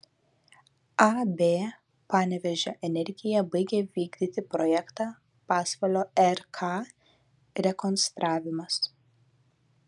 ab panevėžio energija baigia vykdyti projektą pasvalio rk rekonstravimas